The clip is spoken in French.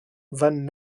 van